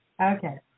Okay